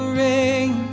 rain